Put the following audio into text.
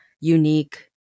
unique